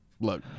look